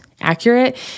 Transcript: accurate